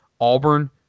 Auburn